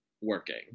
working